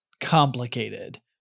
complicated